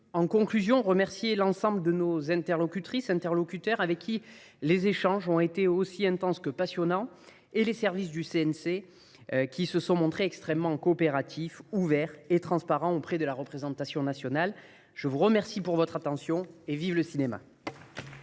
en conclusion, remercier l’ensemble de nos interlocutrices et interlocuteurs, avec qui les échanges ont été aussi intenses que passionnants, et les services du CNC, qui se sont montrés extrêmement coopératifs, ouverts et transparents auprès de la représentation nationale. Vive le cinéma ! La parole est à Mme la